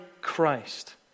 Christ